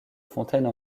fontaine